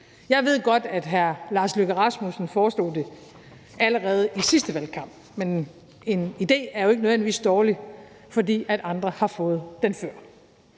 Jeg ved godt, at hr. Lars Løkke Rasmussen foreslog det allerede i den sidste valgkamp, men en idé er jo ikke nødvendigvis dårlig, fordi andre har fået den før.